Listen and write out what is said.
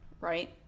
right